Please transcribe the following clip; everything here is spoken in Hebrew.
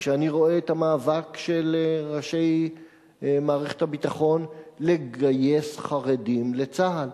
וכשאני רואה את המאבק של ראשי מערכת הביטחון לגייס חרדים לצה"ל,